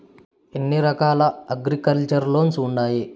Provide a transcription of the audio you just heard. ఎన్ని రకాల agriculture loans ఉండాయి